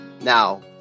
Now